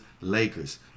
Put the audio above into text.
Lakers